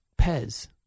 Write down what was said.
Pez